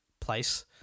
place